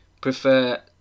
prefer